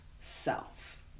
self